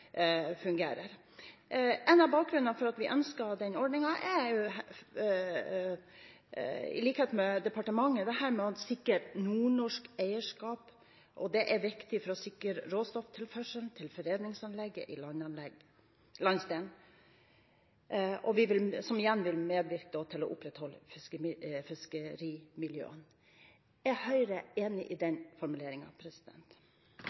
fungerer. En av grunnene til at vi, i likhet med departementet, ønsket den ordningen, er å sikre nordnorsk eierskap. Det er viktig for å sikre råstofftilførselen til foredlingsanlegg i landsdelen, som igjen vil medvirke til å opprettholde fiskerimiljøene. Er Høyre enig i